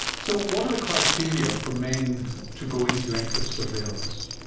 so what are the criteria for men to go into active surveillance?